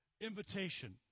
invitation